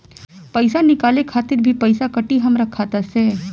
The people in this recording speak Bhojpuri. पईसा निकाले खातिर भी पईसा कटी हमरा खाता से?